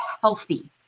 healthy